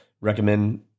recommend